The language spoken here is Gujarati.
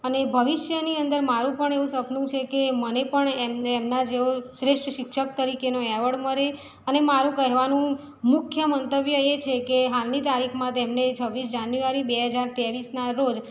અને ભવિષ્યની અંદર મારું પણ એવું સપનું છે મને પણ એમને એમનાં જેવો શ્રેષ્ઠ શિક્ષક તરીકેનો એવોર્ડ મળે અને મારું કહેવાનું મુખ્ય મંતવ્ય એ છે કે હાલની તારીખમાં તેમને છવ્વીસમી જાન્યુઆરી બે હજાર ત્રેવીસના રોજ